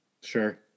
Sure